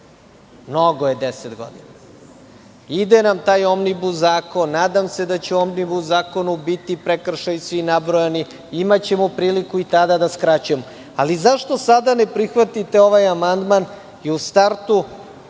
Mnogo je deset godina. Ide nam taj Omnibus zakon. Nadam se da će u Omnibus zakonu biti svi prekršaji nabrojani. Imaćemo priliku i tada da skraćujemo. Ali, zašto sada ne prihvatite ovaj amandman i u startu